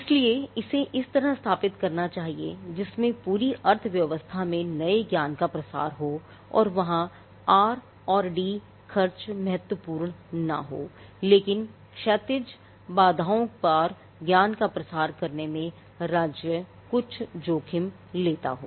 इसलिए इसे इस तरह से स्थापित किया जाना चाहिए जिसमें पूरी अर्थव्यवस्था में नए ज्ञान का प्रसार हो और वहाँ सिर्फ R और D खर्च महत्वपूर्ण ना हो लेकिन क्षैतिज बाधाओं के पार ज्ञान का प्रसार करने में राज्य कुछ जोखिम लेता हो